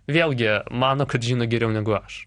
vėlgi mano kad žino geriau negu aš